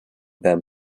them